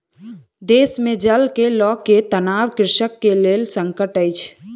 देश मे जल के लअ के तनाव कृषक के लेल संकट अछि